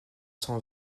cent